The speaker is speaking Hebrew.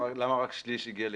למה רק שליש הגיע לקנס?